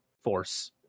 Force